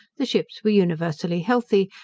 the ships were universally healthy,